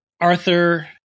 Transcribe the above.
Arthur